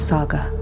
Saga